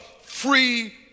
free